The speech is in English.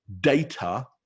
data